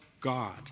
God